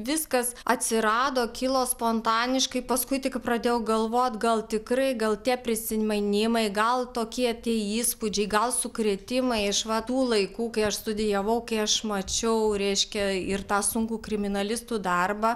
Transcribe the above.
viskas atsirado kilo spontaniškai paskui tika pradėjau galvot gal tikrai gal tie prisinmainimai gal tokie tie įspūdžiai gal sukrėtimai iš va tų laikų kai aš studijavau kai aš mačiau reiškia ir tą sunkų kriminalistų darbą